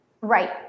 Right